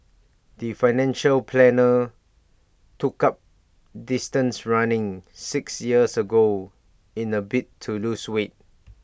the financial planner took up distance running six years ago in A bid to lose weight